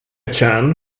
chan